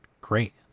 great